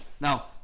Now